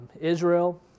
Israel